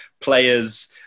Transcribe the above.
players